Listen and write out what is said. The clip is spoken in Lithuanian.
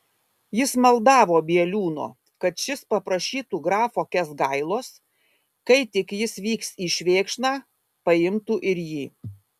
jis maldavo bieliūno kad šis paprašytų grafo kęsgailos kai tik jis vyks į švėkšną paimtų ir jį